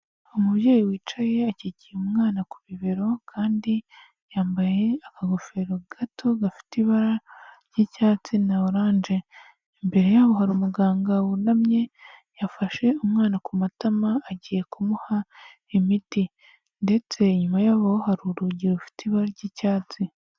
Umubyeyi wicaye akikiye umwana ku bibero kandi yambaye agagofero gato gafite ibara ry'icyatsi na orange. Imbere yaho hari umuganga wunamye yafashe umwana ku matama agiye kumuha imiti ndetse inyuma yaho hari urugi rufite ibara ry'icyatsi.